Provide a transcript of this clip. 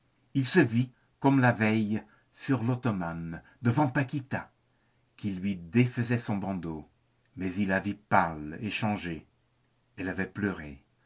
il se vit comme la veille sur l'ottomane devant paquita qui lui défaisait son bandeau mais il la vit pâle et changée elle avait pleuré